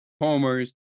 Homers